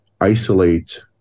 isolate